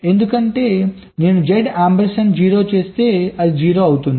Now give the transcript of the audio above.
ఎందుకంటే నేను Z ampersand 0 చేస్తే అది 0 అవుతుంది